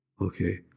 okay